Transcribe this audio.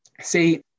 See